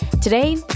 Today